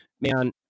man